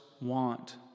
want